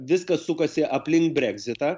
viskas sukasi aplink breksitą